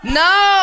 no